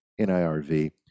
NIRV